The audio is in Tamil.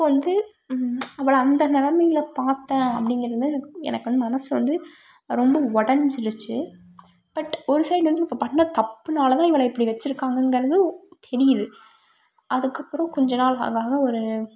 அப்போது வந்து அவளை அந்த நிலமைல பார்த்த அப்படிங்கிறது எனக்கு எனக்கு வந்து மனது வந்து ரொம்ப உடஞ்சிருச்சு பட் ஒரு சைடு வந்து அவள் பண்ண தப்பினால தான் இவளை இப்படி வச்சுருக்காங்கறது தெரியுது அதுக்கப்புறம் கொஞ்ச நாள் ஆக ஆக ஒரு